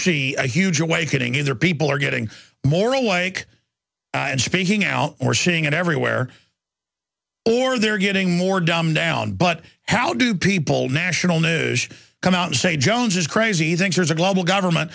see a huge awakening in there people are getting more awake and speaking out or seeing it everywhere or they're getting more dumbed down but how do people national news come out and say jones is crazy think there's a global government